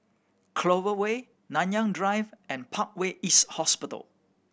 Clover Way Nanyang Drive and Parkway East Hospital